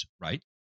right